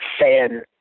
fan